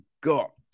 got